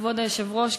כבוד היושב-ראש,